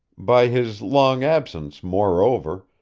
by his long absence, moreover,